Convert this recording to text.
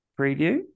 preview